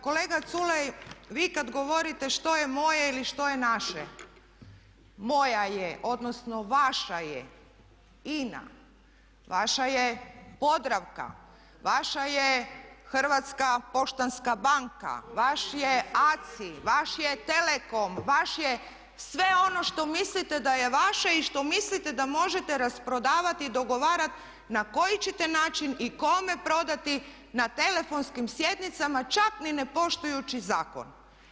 Kolega Culej vi kad govorite što je moje ili što je naše, moja je odnosno vaša je INA, vaša je Podravka, vaša je Hrvatska poštanska banka, vaš je ACI, vaš je Telekom, vaš je sve ono što mislite da je vaše i što mislite da možete rasprodavati i dogovarat na koji ćete način i kome prodati na telefonskim sjednicama čak ni ne poštujući zakon.